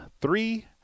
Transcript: three